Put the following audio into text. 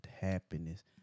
happiness